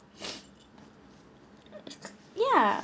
ya